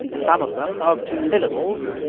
some of them of two syllables,